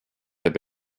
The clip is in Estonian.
jääb